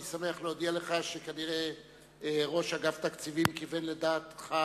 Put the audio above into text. אני שמח להודיע לך שכנראה ראש אגף תקציבים כיוון לדעתך,